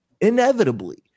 inevitably